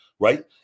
Right